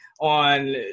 on